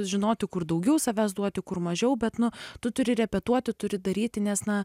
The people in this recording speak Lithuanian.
žinoti kur daugiau savęs duoti kur mažiau bet nu tu turi repetuoti turi daryti nes na